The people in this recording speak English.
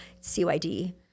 C-Y-D